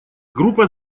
группа